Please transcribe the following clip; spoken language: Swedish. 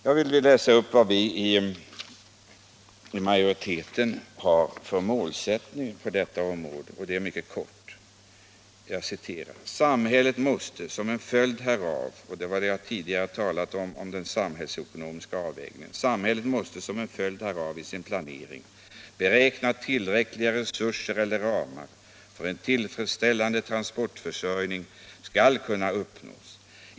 Jag vill läsa upp vad vi i majoriteten har för målsättning på detta område och det är vad jag tidigare sade om den samhällsekonomiska avvägningen: ”Samhället måste som följd härav i sin planering beräkna tillräckliga resurser eller ramar för att en tillfredsställande transportförsörjning skall kunna uppnås.